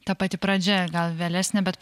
ta pati pradžia gal vėlesnė bet